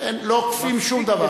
לא עוקפים שום דבר.